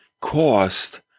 cost